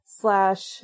slash